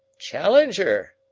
challenger,